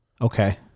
Okay